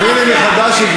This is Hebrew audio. זה לא רלוונטי.